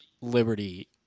Liberty